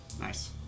Nice